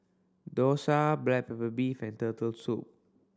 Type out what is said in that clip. dosa black pepper beef and Turtle Soup